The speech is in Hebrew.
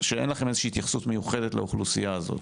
שאין לכם איזושהי התייחסות מיוחדת לאוכלוסייה הזאת.